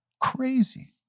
Crazy